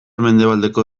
mendebaldeko